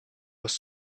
was